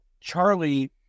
Charlie